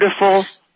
wonderful